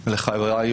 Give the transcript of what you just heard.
לחבריי,